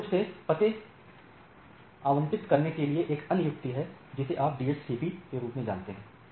त्वरित रूप से पते आवंटित करने के लिए एक अन्य युक्ति है जिसे आप DHCP के रूप में जानते हैं